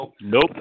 Nope